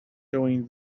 doing